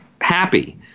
happy